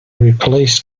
replaced